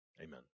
Amen